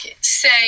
say